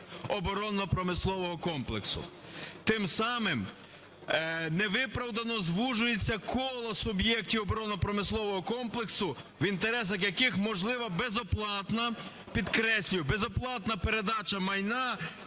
оборонно-промислового комплексу. Тим самим невиправдано звужується коло суб'єктів оборонно-промислового комплексу, в інтересах яких можлива безоплатна, підкреслюю,